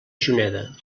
juneda